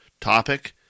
topic